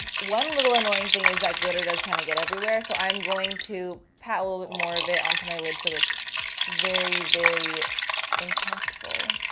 one little annoying thing is that glitter does kind of get everywhere. so i'm going to pat a little bit more of it onto my lid so it's very, very impactful.